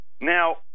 Now